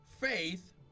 Faith